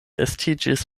estiĝis